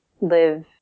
live